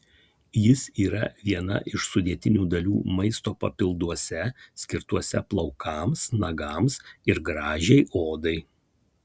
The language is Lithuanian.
jis yra viena iš sudėtinių dalių maisto papilduose skirtuose plaukams nagams ir gražiai odai